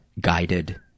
guided